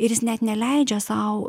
ir jis net neleidžia sau